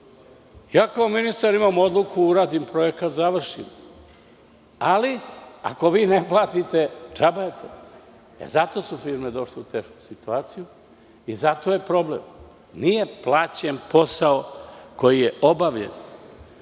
Ja kao ministar imam odluku, uradim projekat, završim, ali ako vi ne platite, džaba je to. Zato su firme došle u tešku situaciju i zato je problem. Nije plaćen posao koji je obavljen.Zašto